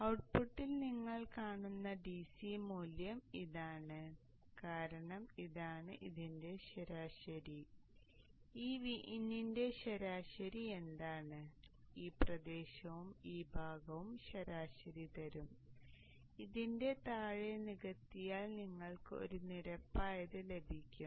അതിനാൽ ഔട്ട്പുട്ടിൽ നിങ്ങൾ കാണുന്ന DC മൂല്യം ഇതാണ് കാരണം ഇതാണ് ഇതിന്റെ ശരാശരി ഈ Vin ന്റെ ശരാശരി എന്താണ് ഈ പ്രദേശവും ഈ ഭാഗവും ശരാശരി തരും ഇതിന്റെ താഴെ നികത്തിയാൽ നിങ്ങൾക്ക് ഒരു നിരപ്പായത് ലഭിക്കും